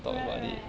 right right